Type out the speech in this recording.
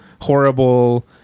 Horrible